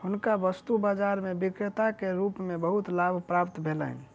हुनका वस्तु बाजार में विक्रेता के रूप में बहुत लाभ प्राप्त भेलैन